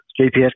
GPS